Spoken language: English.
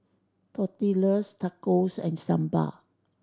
Tortillas Tacos and Sambar